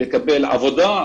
לקבל עבודה,